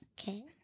Okay